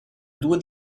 due